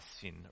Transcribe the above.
sin